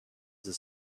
the